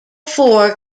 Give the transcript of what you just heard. four